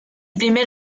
primer